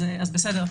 זה בסדר,